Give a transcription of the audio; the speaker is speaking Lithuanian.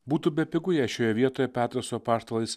būtų bepigu jei šioje vietoje petras su apaštalais